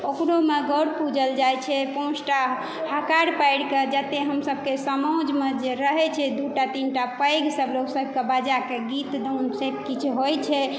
ओकरोमे गौरी पूजल जाइ छै पाँच टा हकार पारिके जतेक हम सबके समाजमे जे रहै छै दू टा तीन टा पैघ सब लोक सबके बजाके गीत गाउन सब किछु होइ छै